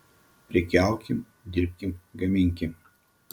prekiaukim dirbkim gaminkim